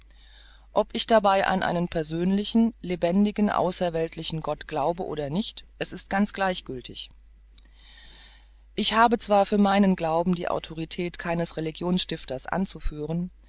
ob ich dabei an einen persönlichen lebendigen außerweltlichen gott glaube oder nicht ist ganz gleichgültig ich habe zwar für meinen glauben die autorität keines religionsstifters anzuführen